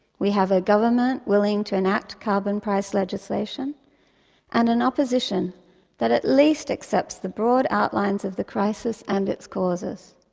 we have a government willing to enact carbon price legislation and an opposition that at least accepts the broad outlines of the crisis and its causes.